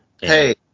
Hey